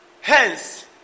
Hence